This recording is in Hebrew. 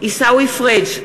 עיסאווי פריג'